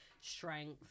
strength